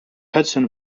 hudson